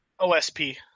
OSP